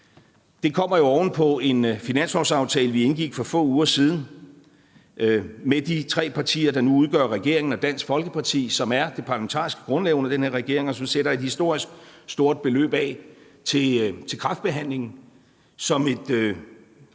Det kommer jo oven på en finanslovsaftale, vi indgik for få uger siden med de tre partier, der nu udgør regeringen, og Dansk Folkeparti, som er det parlamentariske grundlag under den her regering, og som sætter et historisk stort beløb af til kræftbehandlingen som et